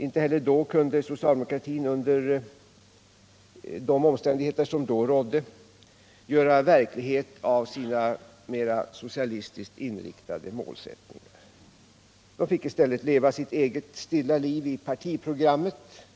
Inte heller då kunde socialdemokratin, under de omständigheter som rådde, göra verklighet av sina mera socialistiskt inriktade målsättningar. De fick i stället leva sitt eget stilla liv i partiprogrammet 19